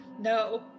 No